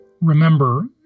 Remember